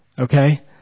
okay